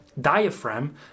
diaphragm